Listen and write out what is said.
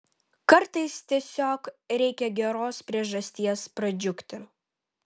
kartais tiesiog reikia geros priežasties pradžiugti